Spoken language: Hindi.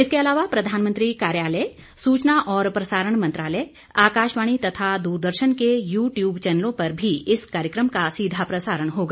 इसके अलावा प्रधानमंत्री कार्यालय सूचना और प्रसारण मंत्रालय आकाशवाणी तथा दूरदर्शन के यूट्यूब चैनलों पर भी इस कार्यक्रम का सीधा प्रसारण होगा